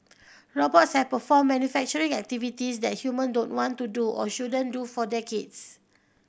robots have performed manufacturing activities that human don't want to do or shouldn't do for decades